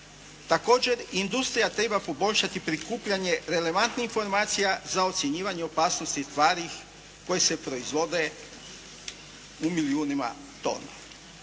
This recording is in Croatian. Također industrija treba poboljšati prikupljanje relevantnih informacija za ocjenjivanje opasnosti tvari koje se proizvode u milijunima tona.